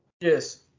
Yes